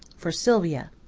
for sylvia.